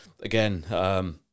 again